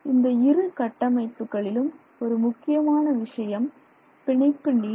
இந்த இரு கட்டமைப்புகளிலும் ஒரு முக்கியமான விஷயம் பிணைப்பு நீளம்